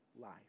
life